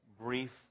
brief